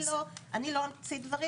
אני לא אמציא דברים.